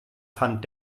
fand